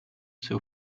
seu